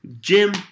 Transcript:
Jim